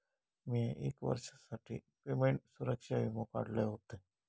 मिया एक वर्षासाठी पेमेंट सुरक्षा वीमो काढलय होतय